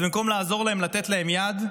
אז במקום לעזור להם ולתת להם יד,